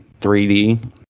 3d